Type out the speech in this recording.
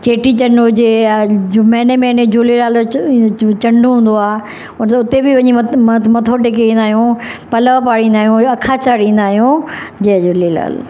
चेटी चंड हुजे या जो महिने महिने झूलेलाल जो चंड हूंदो आहे मतिलबु हुते बि वञी मथो मथो टेके ईंदा आहियूं पलउ पाड़ींदा आहियूं अखा चाड़िंदा आहियूं जय झूलेलाल